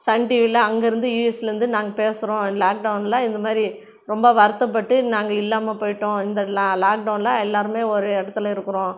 Sun டிவியில அங்கேருந்து யூஎஸ்லேந்து நாங்கள் பேசுகிறோம் லாக்டவுன்ல இந்த மாதிரி ரொம்ப வருத்தப்பட்டு நாங்கள் இல்லாமல் போய்ட்டோம் இந்த லா லாக்டவுன்ல எல்லாருமே ஒரு இடத்துல இருக்கிறோம்